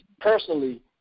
personally